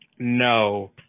No